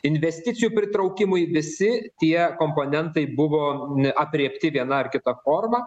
investicijų pritraukimui visi tie komponentai buvo aprėpti viena ar kita forma